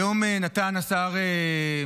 היום נתן וסרלאוף,